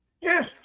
Yes